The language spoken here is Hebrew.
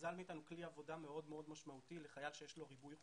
גזל מאתנו כלי עבודה מאוד מאוד משמעותי לחייל שיש לו ריבוי נושים.